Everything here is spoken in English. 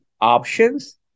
options